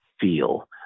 feel